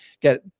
get